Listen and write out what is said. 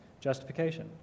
Justification